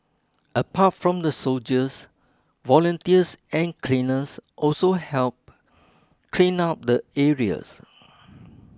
apart from the soldiers volunteers and cleaners also helped clean up the areas